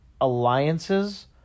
alliances